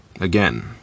Again